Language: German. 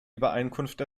übereinkunft